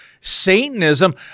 Satanism